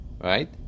right